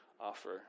offer